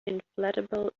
inflatable